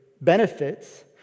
benefits